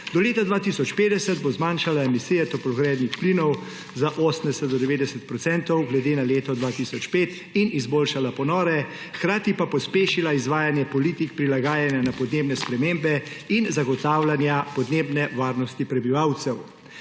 Do leta 2050 bo zmanjšala emisije toplogrednih plinov za 80 do 90 procentov glede na leto 2005 in izboljšala ponore, hkrati pa pospešila izvajanje politik prilagajanja na podnebne spremembe in zagotavljanja podnebne varnosti prebivalcev.